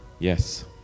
Yes